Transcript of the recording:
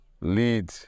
lead